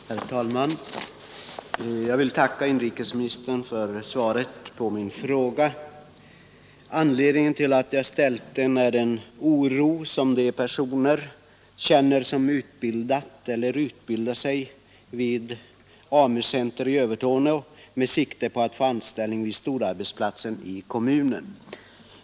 Herr talman! Jag vill tacka inrikesministern för svaret på min enkla fråga. Anledningen till att jag ställde frågan är den oro som de personer känner vilka utbildat eller utbildar sig vid AMU-Center i Övertorneå med sikte på arbete vid storarbetsplatsen i kommunen.